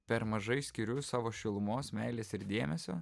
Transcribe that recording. per mažai skiriu savo šilumos meilės ir dėmesio